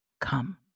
come